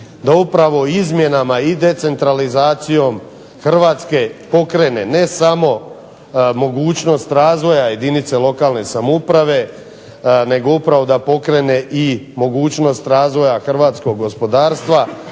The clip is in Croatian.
da upravo izmjenama i decentralizacijom Hrvatske pokrene ne samo mogućnost razvoja jedinice lokalne samouprave, nego upravo da pokrene i mogućnost razvoja hrvatskog gospodarstva,